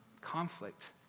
conflict